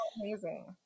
amazing